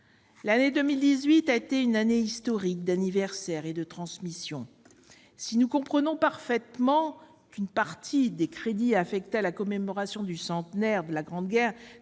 L'année 2018 a été une année historique d'anniversaire et de transmission. Si nous comprenons parfaitement qu'une partie des crédits affectés à la commémoration du centenaire de la Grande Guerre